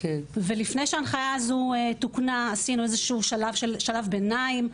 לפני שההנחיה הזו תוקנה עשינו איזשהו שלב ביניים.